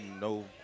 No